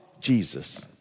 Jesus